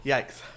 Yikes